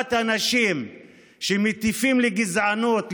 החלפת אנשים שמטיפים לגזענות,